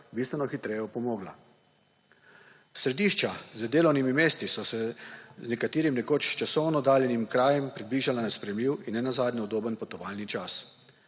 bistveno hitreje opomogla. Središča za delovnimi mesti so se z nekaterim nekoč časovno oddaljenim krajem približala na sprejemljiv in nenazadnje udoben potovalni čas.